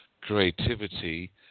creativity